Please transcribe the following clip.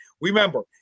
Remember